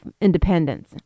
independence